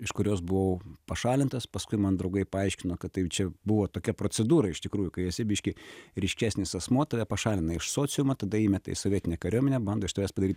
iš kurios buvau pašalintas paskui man draugai paaiškino kad tai čia buvo tokia procedūra iš tikrųjų kai esi biški ryškesnis asmuo tave pašalina iš sociumo tada įmeta į sovietinę kariuomenę bando iš tavęs padaryt